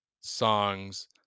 songs